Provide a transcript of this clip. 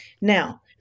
Now